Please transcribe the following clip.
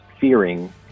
Fearing